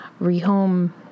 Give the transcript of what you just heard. rehome